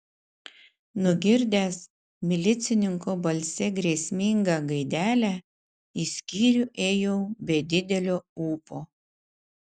nugirdęs milicininko balse grėsmingą gaidelę į skyrių ėjau be didelio ūpo